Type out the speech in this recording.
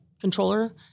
controller